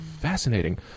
Fascinating